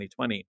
2020